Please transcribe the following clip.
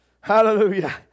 Hallelujah